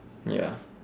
ya